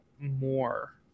more